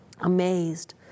Amazed